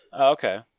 Okay